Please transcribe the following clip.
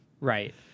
Right